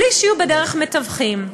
בלי שיהיו בדרך מתווכים.